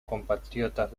compatriotas